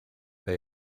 they